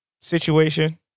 situation